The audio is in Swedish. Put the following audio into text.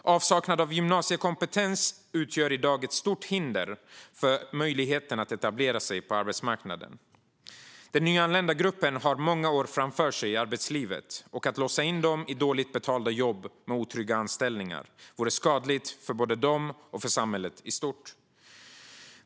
Avsaknad av gymnasiekompetens utgör i dag ett stort hinder för möjligheten att etablera sig på arbetsmarknaden. Den nyanlända gruppen har många år framför sig i arbetslivet. Att låsa in dem i dåligt betalda jobb med otrygga anställningar vore skadligt för både dem och samhället i stort.